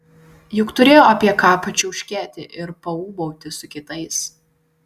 juk turėjo apie ką pačiauškėti ir paūbauti su kitais